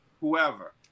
whoever